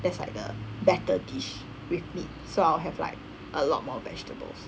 that's like the better dish with meat so I'll have like a lot more vegetables